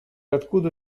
откуда